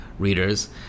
readers